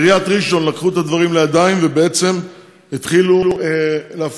בעיריית ראשון לקחו את הדברים לידיים והתחילו להפעיל